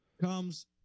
comes